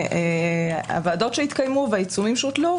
הוועדות שהתקיימו והעיצומים שהוטלו.